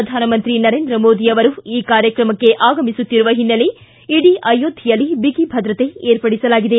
ಪ್ರಧಾನಮಂತ್ರಿ ನರೇಂದ್ರ ಮೋದಿ ಅವರು ಈ ಕಾರ್ಯಕ್ರಮಕ್ಕೆ ಆಗಮಿಸುತ್ತಿರುವ ಹಿನ್ನೆಲೆ ಇಡೀ ಅಯೋಧ್ಯೆಯಲ್ಲಿ ಬಿಗಿ ಭದ್ರತೆ ಏರ್ಪಡಿಸಲಾಗಿದೆ